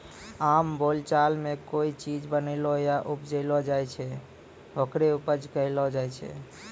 आम बोलचाल मॅ कोय चीज बनैलो या उपजैलो जाय छै, होकरे उपज कहलो जाय छै